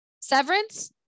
Severance